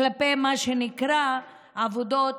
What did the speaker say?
כלפי מה שנקרא עבודות